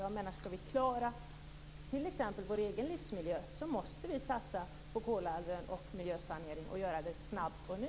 Om vi t.ex. skall klara vår egen livsmiljö, måste vi satsa på Kolahalvön och miljösanering, och göra det snabbt och nu.